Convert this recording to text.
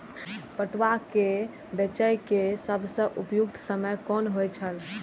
पटुआ केय बेचय केय सबसं उपयुक्त समय कोन होय छल?